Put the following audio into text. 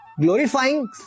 glorifying